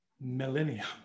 millennium